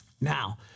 Now